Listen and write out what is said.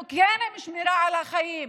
אנחנו כן עם שמירה על החיים,